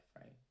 right